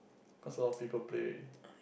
cause a lot of people play already